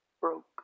broke